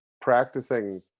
practicing